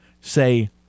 say